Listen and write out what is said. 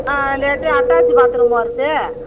ஆ லெட்டு attach bathroom வருது